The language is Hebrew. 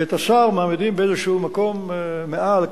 ואת השר מעמידים באיזה מקום מעל,